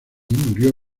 murió